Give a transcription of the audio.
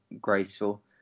graceful